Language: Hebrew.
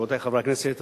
רבותי חברי הכנסת,